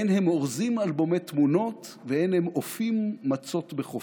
אין הם אורזים אלבומי תמונות ואין הם אופים מצות בחופזה.